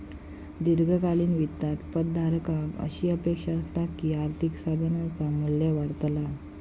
दीर्घकालीन वित्तात पद धारकाक अशी अपेक्षा असता की आर्थिक साधनाचा मू्ल्य वाढतला